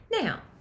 Now